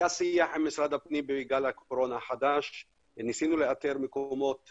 היה שיח עם משרד הפנים בגל הקורונה החדש וניסינו לאתר מקומות,